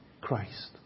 Christ